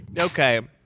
okay